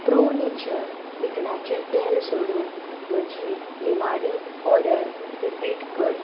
pro nature भिकणांचें तेल सोडून म्हजी निमाणी ऑर्डर रिपीट कर